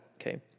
okay